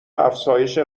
افزایش